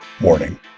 warning